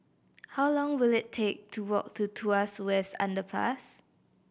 how long will it take to walk to Tuas West Underpass